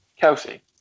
Kelsey